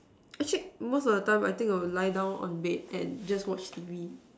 actually most of the time I think I will lie down on bed and just watch T_V